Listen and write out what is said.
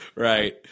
Right